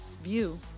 View